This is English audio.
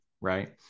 Right